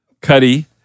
Cuddy